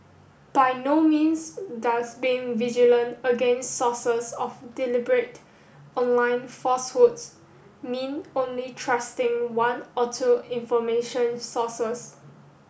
by no means does being vigilant against sources of deliberate online falsehoods mean only trusting one or two information sources